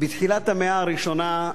"בתחילת המאה הראשונה"